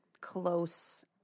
close